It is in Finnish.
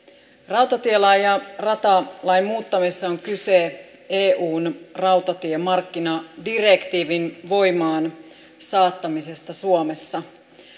rautatielain ja ratalain muuttamisessa on kyse eun rautatiemarkkinadirektiivin voimaansaattamisesta suomessa